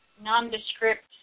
nondescript